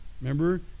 Remember